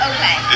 Okay